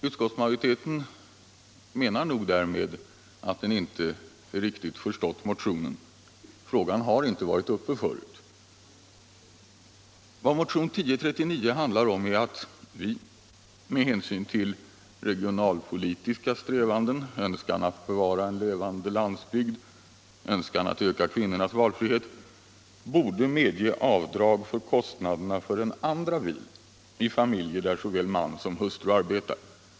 Utskottsmajoriteten menar nog därmed att den inte riktigt har förstått motionen. Frågan har nämligen inte varit uppe förut. Vad motionen 1039 handlar om är att riksdagen - med hänsyn till regionalpolitiska strävanden, önskan att bevara en levande landsbygd och önskan att öka kvinnornas valfrihet — borde medge avdrag för kostnaderna för en andra bil i familjer, där såväl man som hustru förvärvsarbetar.